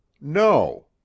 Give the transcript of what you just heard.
No